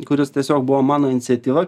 kuris tiesiog buvo mano iniciatyva